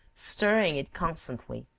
stirring it constantly.